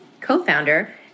co-founder